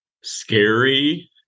scary